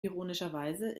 ironischerweise